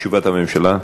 תשובת הממשלה.